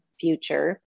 future